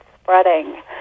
spreading